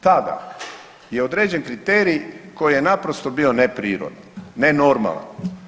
Tada je određen kriterij koji je naprosto bio neprirodan, nenormalan.